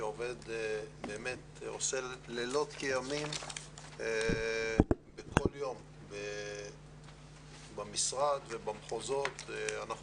שעושה לילות כימים וכל יום במשרד ובמחוזות - אנחנו